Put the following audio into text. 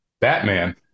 Batman